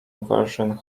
version